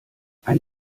ein